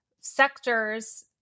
sectors